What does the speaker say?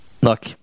look